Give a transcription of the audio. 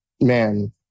man